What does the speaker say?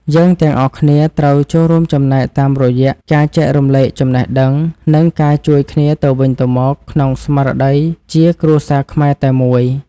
យើងទាំងអស់គ្នាត្រូវចូលរួមចំណែកតាមរយៈការចែករំលែកចំណេះដឹង និងការជួយគ្នាទៅវិញទៅមកក្នុងស្មារតីជាគ្រួសារខ្មែរតែមួយ។